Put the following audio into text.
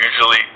usually